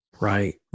Right